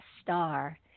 Star